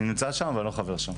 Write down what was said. אני נמצא שם אבל אני לא חבר שם.